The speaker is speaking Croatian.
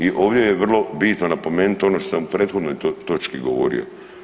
I ovdje je vrlo bitno napomenuti ono što sam u prethodnoj točki govorio.